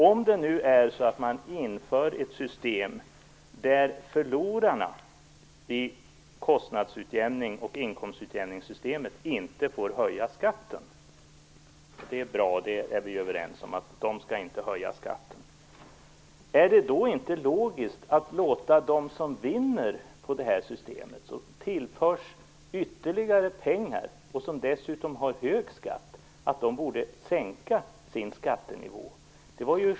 Om man inför ett system där förlorarna i kostnads och inkomstutjämningen inte får höja skatten, är det inte logiskt att då låta dem som vinner på systemet - de som tillförs ytterligare pengar och som dessutom har hög skatt - sänka sin skattenivå?